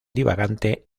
divagante